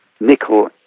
nickel